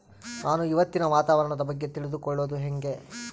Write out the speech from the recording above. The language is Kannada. ನಾನು ಇವತ್ತಿನ ವಾತಾವರಣದ ಬಗ್ಗೆ ತಿಳಿದುಕೊಳ್ಳೋದು ಹೆಂಗೆ?